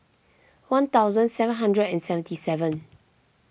one thousand seven hundred and seventy seven